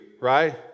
right